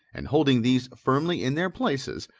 and holding these firmly in their places,